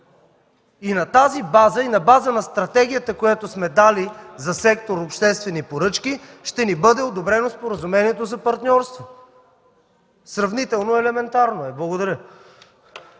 На тази база и на база на стратегията, която сме дали за сектор „Обществени поръчки”, ще ни бъде одобрено споразумението за партньорство. Сравнително елементарно е. Благодаря.